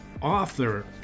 Author